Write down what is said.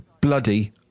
bloody